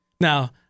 Now